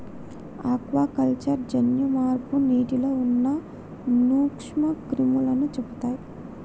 aquaculture జన్యు మార్పు నీటిలో ఉన్న నూక్ష్మ క్రిములని చెపుతయ్